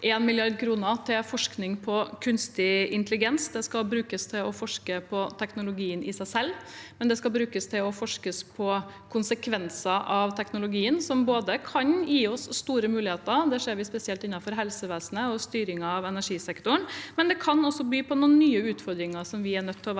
1 mrd. kr til forskning på kunstig intelligens. Det skal brukes til å forske på teknologien i seg selv, men også brukes til å forske på konsekvenser av teknologien, som kan gi oss store muligheter – det ser vi spesielt innenfor helsevesenet og styringen av energisektoren – men som også kan by på noen nye utfordringer som vi er nødt til å være